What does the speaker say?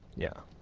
yeah.